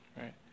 right